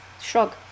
shrug